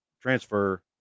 transfer